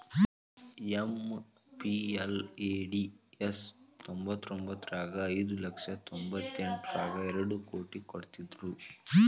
MPLADS ತ್ತೊಂಬತ್ಮುರ್ರಗ ಐದು ಲಕ್ಷ ತೊಂಬತ್ತೆಂಟರಗಾ ಎರಡ್ ಕೋಟಿ ಕೊಡ್ತ್ತಿದ್ರು